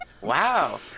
Wow